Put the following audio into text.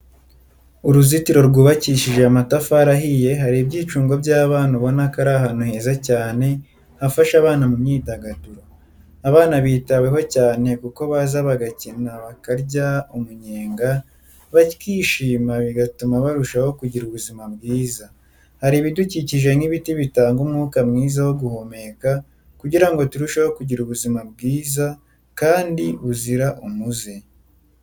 Uruzitiro rwubakishije amatafari ahiye, hari ibyicungo by'abana ubona ko ari ahantu heza cyane hafasha abana mu myidagaduro. Abana bitaweho cyane kuko baza bagakina bakarya umunyenga bakishima bigatuma barushaho kugira ubuzima bwiza. Hari ibidukikije nk'ibiti bitanga umwuka mwiza wo guhumeka kugira ngo turusheho kugira ubuzima bwiza kandi buzira umuze.